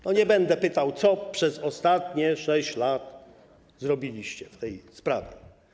Nie będę pytał, co przez ostatnie 6 lat zrobiliście w tej sprawie.